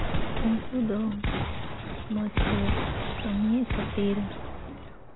ᱩᱱᱠᱩ ᱫᱚ ᱢᱚᱡᱽ ᱠᱚ ᱠᱟᱹᱢᱤᱭᱮᱫ ᱠᱷᱟᱹᱛᱤ